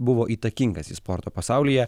buvo įtakingas jis sporto pasaulyje